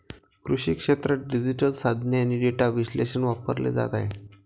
कृषी क्षेत्रात डिजिटल साधने आणि डेटा विश्लेषण वापरले जात आहे